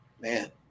man